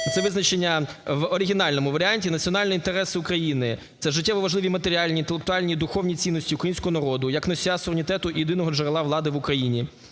це визначення в оригінальному варіанті: національні інтереси України - це життєво важливі матеріальні, інтелектуальні і духовні цінності українського народу як носія суверенітету і єдиного джерела влади в Україні,